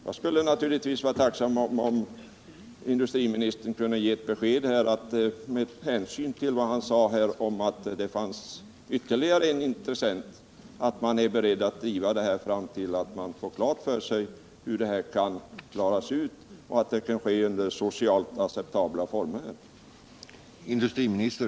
Jag skulle vara tacksam om industriministern kunde ge beskedet — med hänsyn till vad han sade om att det finns ytterligare en intressent — att man är beredd att driva glasbruket fram till dess man får klart för sig hur det hela kan klaras och att det kan ske under socialt acceptabla former.